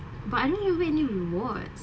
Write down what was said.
but I don't rewards